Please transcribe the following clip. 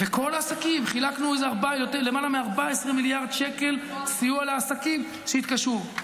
כל העסקים חילקנו למעלה מ-14 מיליארד שקלים סיוע לעסקים שהתקשו,